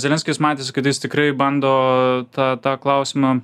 zelenskis matėsi kad jis tikrai bando tą tą klausimą